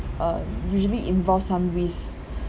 uh usually involve some risk